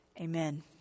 Amen